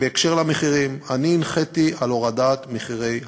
בקשר למחירים, אני הנחיתי, הורדת מחירי הפיתוח.